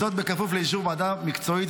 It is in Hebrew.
בכפוף לאישור ועדה מקצועית.